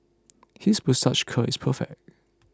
his moustache curl is perfect